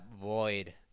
void